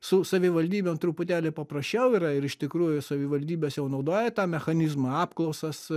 su savivaldybėm truputėlį paprasčiau yra ir iš tikrųjų savivaldybės jau naudoja tą mechanizmą apklausas